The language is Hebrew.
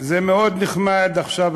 זה מאוד נחמד לדון עכשיו